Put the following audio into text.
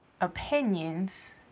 opinions